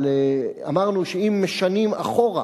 אבל אמרנו שאם משנים אחורה,